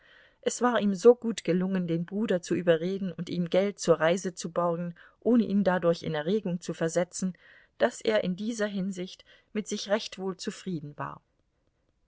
es war ihm so gut gelungen den bruder zu überreden und ihm geld zur reise zu borgen ohne ihn dadurch in erregung zu versetzen daß er in dieser hinsicht mit sich recht wohl zufrieden war